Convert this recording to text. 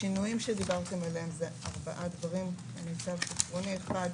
השינויים שדיברתם עליהם הם ארבעה: אחד,